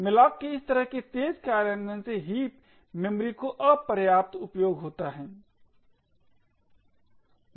malloc के इस तरह के तेज कार्यान्वयन से हीप मेमोरी का अपर्याप्त उपयोग होता है